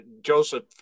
Joseph